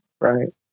right